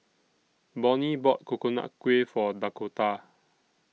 Bonnie bought Coconut Kuih For Dakotah